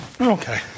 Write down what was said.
Okay